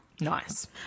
Nice